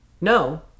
No